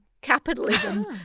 capitalism